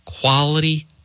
quality